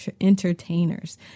entertainers